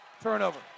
Turnover